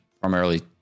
primarily